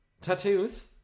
Tattoos